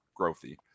growthy